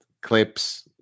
clips